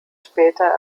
später